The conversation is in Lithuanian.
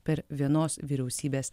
per vienos vyriausybės